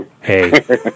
Hey